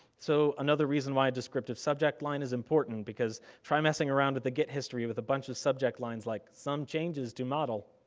so, another reason why a descriptive subject line is important, because try messing around with the git history with a bunch of subject lines like, some changes to model.